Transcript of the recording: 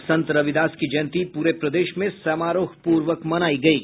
और संत रविदास की जयंती पूरे प्रदेश में समारोह पूर्वक मनायी गयी